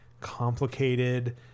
complicated